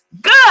good